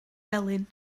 felyn